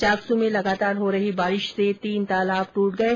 चाकसू में लगातार हो रही बारिश से तीन तालाब दूट गये